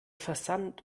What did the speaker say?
versand